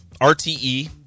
RTE